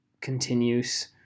continues